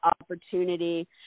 opportunity